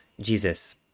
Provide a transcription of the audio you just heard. Jesus